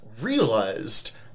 realized